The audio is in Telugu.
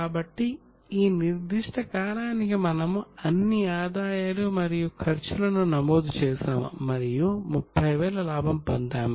కాబట్టి ఈ నిర్దిష్ట కాలానికి మనము అన్ని ఆదాయాలు మరియు ఖర్చులను నమోదు చేసాము మరియు 30000 లాభం పొందాము